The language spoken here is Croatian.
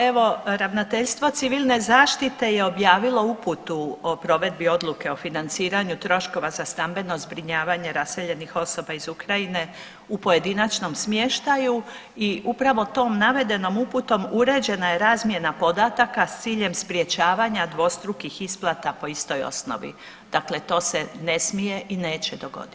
Evo Ravnateljstvo civilne zaštite je objavilo uputu o provedbi odluke o financiranju troškova za stambeno zbrinjavanje raseljenih osoba iz Ukrajine u pojedinačnom smještaju i upravo tom navedenom uputom uređena je razmjena podataka s ciljem sprječavanja dvostrukih isplata po istoj osnovi, dakle to se ne smije i neće dogoditi.